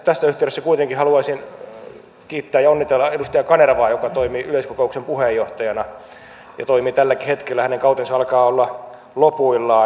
tässä yhteydessä kuitenkin haluaisin kiittää ja onnitella edustaja kanervaa joka toimi yleiskokouksen puheenjohtajana ja toimii tälläkin hetkellä hänen kautensa alkaa olla lopuillaan